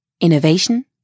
Innovation